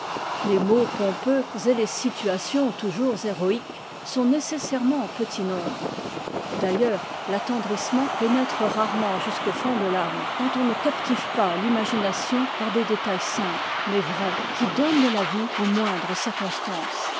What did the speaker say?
les mots pompeux et les situations toujours héroiques sont nécessairement en petit nombre d'ailleurs l'attendrissement pénètre rarement jusqu'au fond de l'âme quand on ne captive pas l'imagination par des détails simples mais vrais qui donnent de la vie aux moindres circonstances